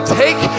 take